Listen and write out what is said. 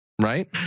Right